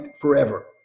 forever